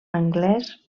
anglès